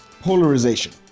polarization